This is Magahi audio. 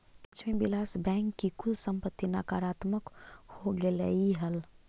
लक्ष्मी विलास बैंक की कुल संपत्ति नकारात्मक हो गेलइ हल